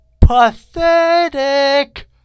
pathetic